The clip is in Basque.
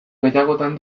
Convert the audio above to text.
gehiagotan